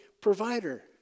provider